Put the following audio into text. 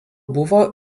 buvo